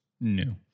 new